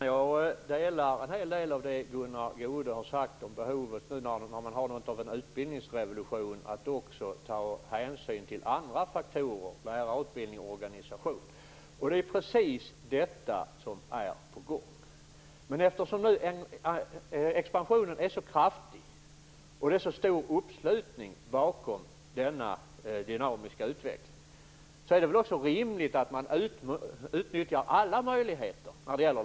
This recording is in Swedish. Herr talman! Jag håller med om en del av det Gunnar Goude har sagt om behovet av att också ta hänsyn till andra faktorer, t.ex. lärarutbildning och organisation, nu när vi har något av en utbildningsrevolution. Det är precis detta som är på gång. Men eftersom expansionen är så kraftig och det är så stor uppslutning bakom denna dynamiska utveckling, är det väl också rimligt att man utnyttjar alla möjligheter till lärarrekrytering.